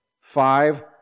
five